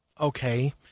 Okay